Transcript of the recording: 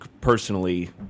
personally